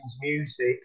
music